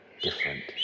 different